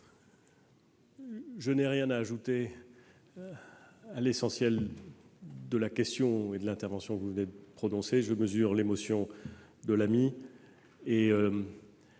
je n'ai rien à ajouter à l'essentiel de l'intervention que vous venez de prononcer. Je mesure l'émotion de l'ami